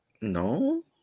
No